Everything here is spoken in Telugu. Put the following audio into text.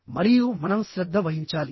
మరియు మనం శ్రద్ధ వహించాలి